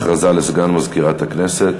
הכרזה לסגן מזכירת הכנסת.